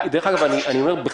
דרך אגב, בכלל,